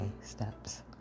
steps